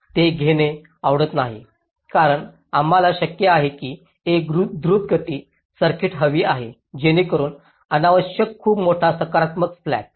ते घेणे आवडत नाही कारण आम्हाला शक्य आहे की एक द्रुतगती सर्किट हवी आहे जेणेकरुन अनावश्यक खूप मोठा सकारात्मक स्लॅक